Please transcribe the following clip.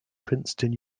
princeton